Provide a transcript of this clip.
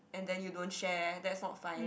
and then you don't share that's not fine